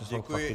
Děkuji.